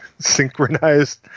synchronized